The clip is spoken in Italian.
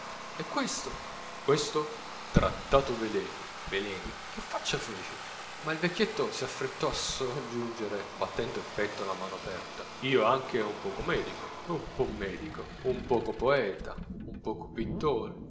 e questo questo trattato veleni veleni che faccia feci ma il vecchietto si affrettò a soggiungere battendo in petto la mano aperta io anche un poco medico un po medico un poco poeta un poco pittore egli